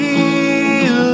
Feel